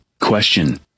Question